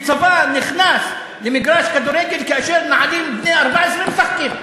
שצבא נכנס למגרש כדורגל כאשר נערים בני 14 משחקים?